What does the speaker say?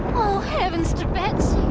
oh, heavens to betsy.